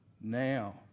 now